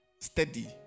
steady